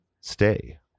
Stay